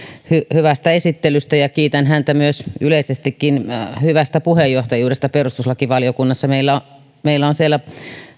hyvästä esittelystä ja kiitän häntä myös yleisestikin hyvästä puheenjohtajuudesta perustuslakivaliokunnassa meillä meillä on siellä